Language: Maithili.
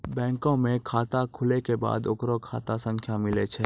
बैंको मे खाता खुलै के बाद ओकरो खाता संख्या मिलै छै